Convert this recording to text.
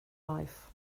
life